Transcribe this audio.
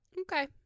Okay